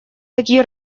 такие